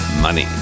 Money